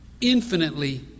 infinitely